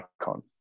icon